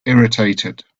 irritated